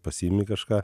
pasiimi kažką